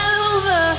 over